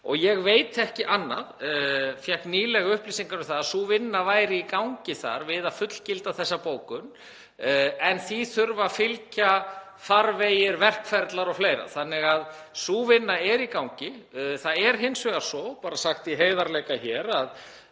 og ég veit ekki annað. Ég fékk nýlega upplýsingar um að sú vinna væri í gangi þar við að fullgilda þessa bókun, en því þurfa að fylgja farvegir, verkferlar og fleira þannig að sú vinna er í gangi. Það er hins vegar svo, bara sagt í heiðarleika hér, að